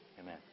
Amen